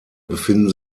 befinden